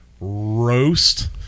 roast